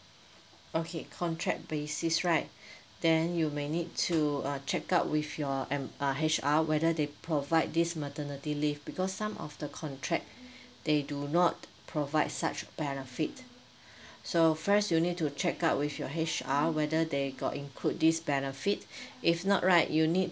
okay contract basis right then you may need to uh check out with your um uh H_R whether they provide this maternity leave because some of the contract they do not provide such benefit so first you need to check out with your H_R whether they got include this benefit if not right you need